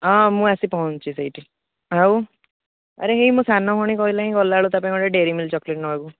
ହଁ ମୁଁ ଆସି ପହଞ୍ଚୁଛି ସେଇଠି ଆଉ ଆରେ ଏଇ ମୋ ସାନ ଭଉଣୀ କହିଲାଣି ଗଲାବେଳକୁ ତା ପାଇଁ ଗୋଟେ ଡ଼ାଏରୀ ମିଲ୍କ ଚକଲେଟ୍ ନେବାକୁ